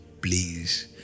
Please